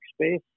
space